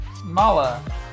Mala